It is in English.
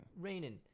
Raining